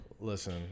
Listen